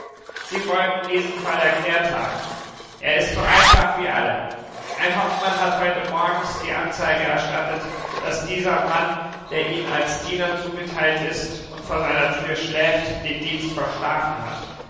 sie wollten diesen fall erklärt haben er ist so einfach wie alle ein hauptmann hat heute morgens die anzeige erstattet daß dieser mann der ihm als diener zugeteilt ist und vor seiner türe schläft den dienst verschlafen hat